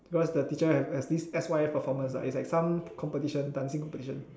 cause the teacher has this has this S_Y_F performance is like some competition dancing competition